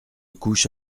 couche